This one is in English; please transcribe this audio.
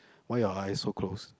why your eyes so close